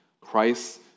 Christ